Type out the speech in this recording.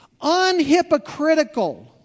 unhypocritical